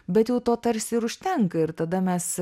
bet jau to tarsi ir užtenka ir tada mes